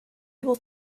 able